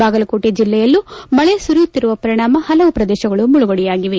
ಬಾಗಲಕೋಟೆ ಜೆಲ್ಲೆಯಲ್ಲೂ ಮಳೆ ಸುರಿಯುತ್ತಿರುವ ಪರಿಣಾಮ ಹಲವು ಪ್ರದೇಶಗಳು ಮುಳುಗಡೆಯಾಗಿವೆ